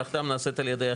מלאכתם נעשית על ידי אחרים".